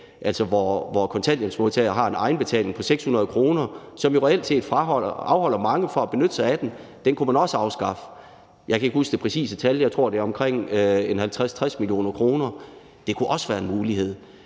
82 a, hvor kontanthjælpsmodtagere har en egenbetaling på 600 kr., som jo reelt set afholder mange fra at benytte sig af den. Den kunne man også afskaffe. Jeg kan ikke huske det præcise tal. Jeg tror, det drejer sig om 50-60 mio. kr. Det kunne også være en mulighed.